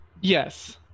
Yes